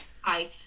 Hi